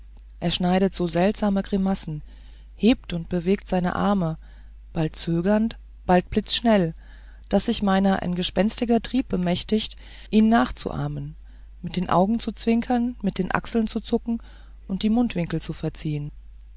er schneidet so seltsame grimassen hebt und bewegt seine arme bald zögernd bald blitzschnell daß sich meiner ein gespenstiger trieb bemächtigt ihn nachzuahmen mit den augen zu zwinkern mit den achseln zu zucken und die mundwinkel zu verziehen